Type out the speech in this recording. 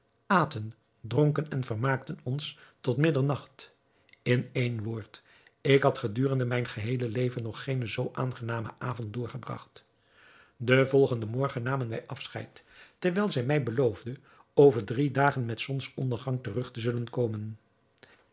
aten dronken en vermaakten ons tot middernacht in een woord ik had gedurende mijn geheele leven nog geenen zoo aangenamen avond doorgebragt den volgenden morgen namen wij afscheid terwijl zij mij beloofde over drie dagen met zonsondergang terug te zullen komen